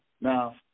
Now